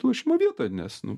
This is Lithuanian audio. lošimo vietą nes nu